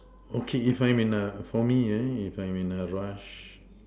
okay if I'm in a for me uh if I'm in a rush